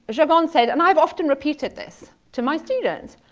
but gergonne said, and i've often repeated this to my students.